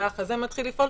האח הזה מתחיל לפעול,